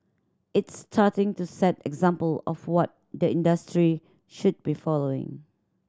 it's starting to set example of what the industry should be following